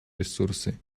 ресурсы